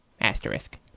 Asterisk